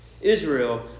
Israel